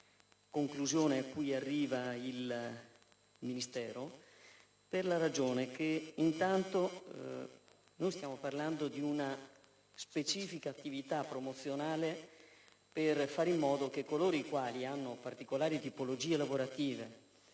conclusione cui arriva il Ministero, anzitutto perché stiamo parlando di una specifica attività promozionale per fare in modo che coloro che hanno particolari tipologie lavorative